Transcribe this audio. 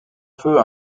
peu